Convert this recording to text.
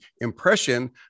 impression